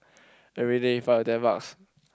everyday five to ten bucks